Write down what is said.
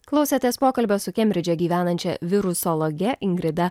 klausėtės pokalbio su kembridže gyvenančia virusologe ingrida